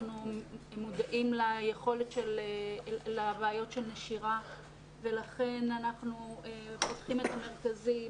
אנחנו מודעים לבעיות של נשירה ולכן אנחנו פותחים את המרכזים